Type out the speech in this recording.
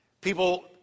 people